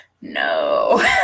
no